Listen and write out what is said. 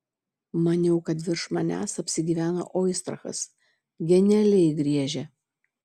maniau kad virš manęs apsigyveno oistrachas genialiai griežia